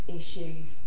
issues